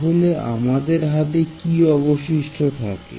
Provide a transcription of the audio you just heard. তাহলে আমাদের হাতে কি অবশিষ্ট থাকে